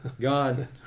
God